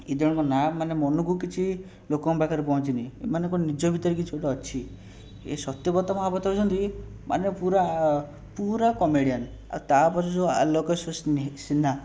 ଏ ଦୁଇଜଣଙ୍କ ନାଁ ମାନେ ମନକୁ କିଛି ଲୋକଙ୍କ ପାଖରେ ପହଞ୍ଚିନି ଏମାନଙ୍କ ନିଜ ଭିତରେ କିଛି ଗୋଟେ ଅଛି ଏଇ ସତ୍ୟବ୍ରତ ମହାପାତ୍ର ହେଉଛନ୍ତି ମାନେ ପୂରା ପୂରା କମେଡ଼ିଆନ ଆଉ ତା'ପରେ ଯେଉଁ ଆଲୋକେସ ସ୍ନେହା